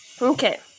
Okay